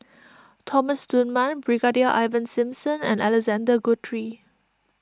Thomas Dunman Brigadier Ivan Simson and Alexander Guthrie